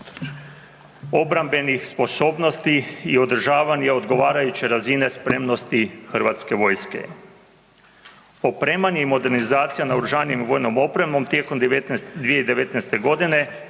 obrambenih sposobnosti i održavanje odgovarajuće razine spremnosti HV-a. Opremanje i modernizacija naoružanjem i vojnom